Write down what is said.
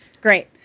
Great